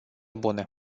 bune